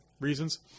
reasons